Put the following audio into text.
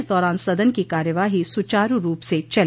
इस दौरान सदन की कार्यवाही सुचारू रूप से चली